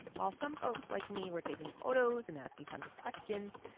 while some folks, like me, were taking photos and asking tons of questions,